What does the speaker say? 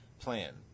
plan